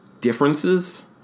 differences